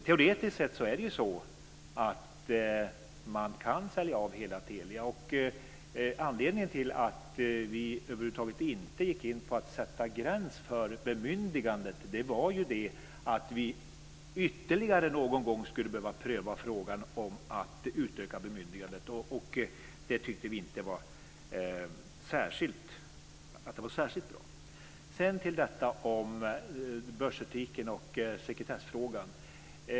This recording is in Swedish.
Teoretiskt sett kan man sälja av hela Telia. Anledningen till att vi över huvud taget inte gick in på att sätta gräns för bemyndigandet var att vi ytterligare någon gång skulle behöva pröva frågan om att utöka bemyndigandet. Det tyckte vi inte var särskilt bra. Sedan till börsetiken och sekretessfrågan.